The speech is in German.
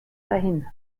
dahin